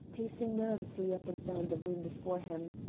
pacing nervously up and down the room before him,